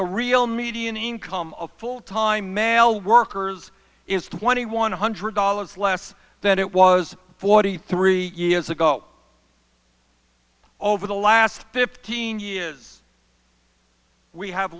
the real median income of full time male workers is twenty one hundred dollars less than it was forty three years ago over the last fifteen years we have